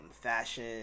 fashion